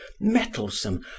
mettlesome